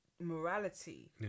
morality